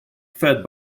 fed